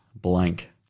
blank